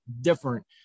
different